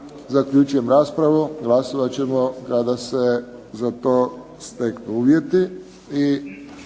Zaključujem raspravu. Glasovat ćemo kada se za to steknu uvjeti.